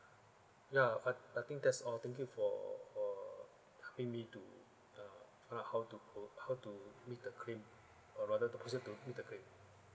ya I I think that's all thank you for for helping me to uh find out how to go how to make the claim err rather the person to make the claim